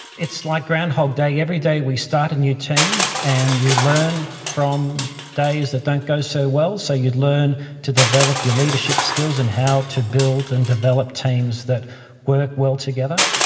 it's like groundhog day. every day we start a new team and you learn from days that don't go so well, so you learn to develop your leadership skills and how to build and develop teams that work well together.